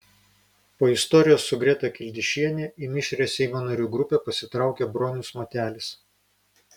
po istorijos su greta kildišiene į mišrią seimo narių grupę pasitraukė bronius matelis